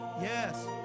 Yes